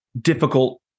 difficult